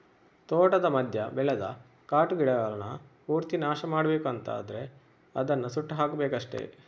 ತೋಟದ ಮಧ್ಯ ಬೆಳೆದ ಕಾಟು ಗಿಡಗಳನ್ನ ಪೂರ್ತಿ ನಾಶ ಮಾಡ್ಬೇಕು ಅಂತ ಆದ್ರೆ ಅದನ್ನ ಸುಟ್ಟು ಹಾಕ್ಬೇಕಷ್ಟೆ